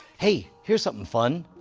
hey, here's something fun.